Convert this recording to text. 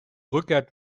rückert